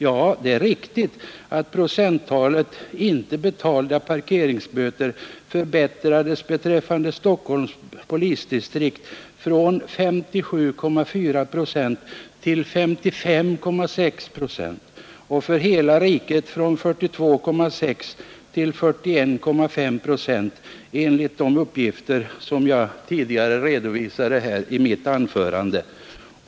Ja, det är riktigt att procenttalet icke betalda parkeringsböter har förbättrats beträffande Stockholms polisdistrikt från 57,4 till 55,6 procent och för hela riket från 42,6 till 41,5 procent, enligt de uppgifter som jag tidigare har redovisat i detta anförande.